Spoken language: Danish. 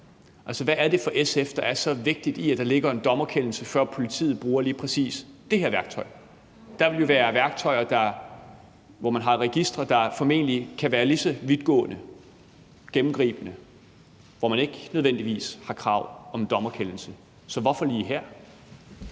hvad er det, der er så vigtigt for SF, at der skal foreligge en dommerkendelse, før politiet bruger lige præcis det her værktøj? Der vil jo være værktøjer, f.eks. registre, der formentlig kan være lige så vidtgående, gennemgribende, og hvor der ikke nødvendigvis er krav om en dommerkendelse. Så hvorfor lige her?